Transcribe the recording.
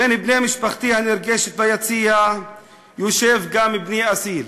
בין בני משפחתי הנרגשת ביציע יושב גם בני אסיל.